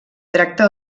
tracta